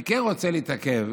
אני כן רוצה להתעכב